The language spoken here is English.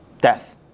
death